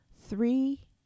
three